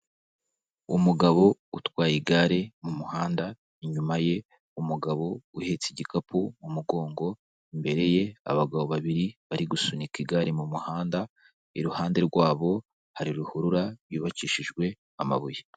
Umugabo utwaye igare mu muhanda, inyuma ye, umugabo uhetse igikapu mu mugongo, imbere ye, abagabo babiri bari gusunika igare mu muhanda, iruhande rwabo hari ruhurura yubakishijwe amabuye.